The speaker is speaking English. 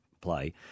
play